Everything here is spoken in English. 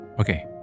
Okay